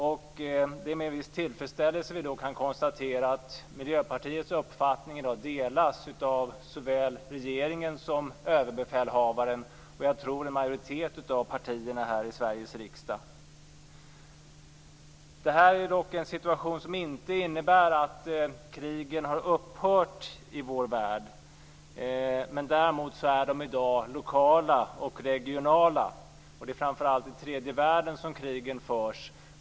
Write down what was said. Det är med en viss tillfredsställelse vi kan konstatera att Miljöpartiets uppfattning i dag delas av såväl regeringen som Överbefälhavaren, jag tror av en majoritet av partierna i Sveriges riksdag. Det här är dock en situation som inte innebär att krigen har upphört i vår värld. Däremot är de i dag lokala och regionala. Det är framför allt i tredje världen som krigen förs.